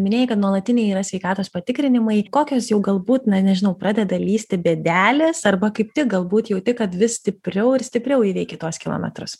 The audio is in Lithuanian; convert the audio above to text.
minėjai kad nuolatiniai yra sveikatos patikrinimai kokios jau galbūt na nežinau pradeda lįsti bėdelės arba kaip tik galbūt jauti kad vis stipriau ir stipriau įveiki tuos kilometrus